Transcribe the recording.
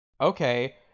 okay